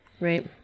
Right